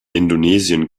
indonesien